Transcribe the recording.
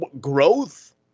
growth